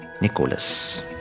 Nicholas